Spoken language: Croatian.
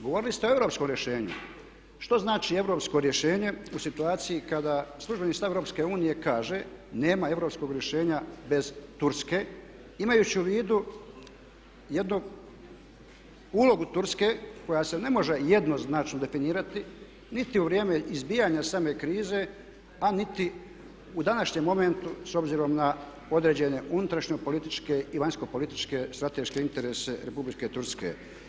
Govorili ste o europskom rješenju, što znači europsko rješenje u situaciji kada službeni stav EU kaže nema europskog rješenja bez Turske, imajući u vidu jednu ulogu Turske koja se ne može jednoznačno definirati niti u vrijeme izbijanja same krize, a niti u današnjem momentu s obzirom na određene unutarnjopolitičke i vanjskopolitičke strateške interese Republike Turske.